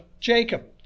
Jacob